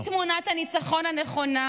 היא תמונת הניצחון הנכונה,